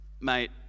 mate